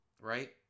Right